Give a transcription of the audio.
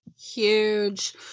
huge